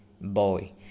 Boy